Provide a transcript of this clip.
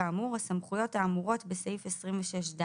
כאמור הסמכויות האמורות בסעיף 26ד,